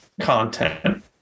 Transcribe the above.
content